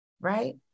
right